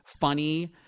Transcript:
funny